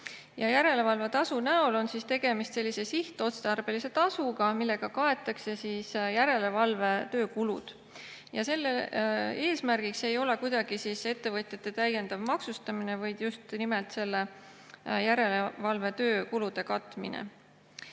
Järelevalvetasu näol on tegemist sihtotstarbelise tasuga, millega kaetakse järelevalve töökulu. Selle eesmärgiks ei ole kuidagi ettevõtjate täiendav maksustamine, vaid just nimelt järelevalve töökulu katmine.